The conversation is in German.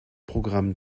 programm